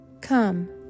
Come